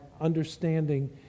understanding